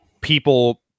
people